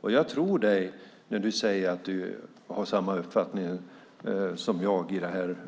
Och jag tror dig när du säger att du har samma uppfattning som jag